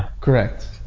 Correct